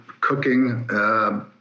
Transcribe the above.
cooking